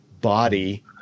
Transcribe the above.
body